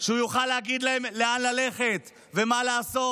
שהוא יוכל להגיד להם לאן ללכת ומה לעשות.